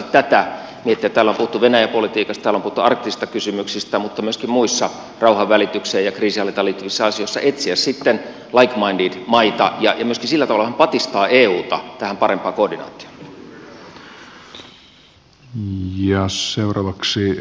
täällä on puhuttu venäjä politiikasta täällä on puhuttu arktisista kysymyksistä mutta myöskin muissa rauhanvälitykseen ja kriisinhallintaan liittyvissä asioissa voitaisiin etsiä like minded maita ja myöskin sillä tavalla vähän patistaa euta tähän parempaan koordinaatioon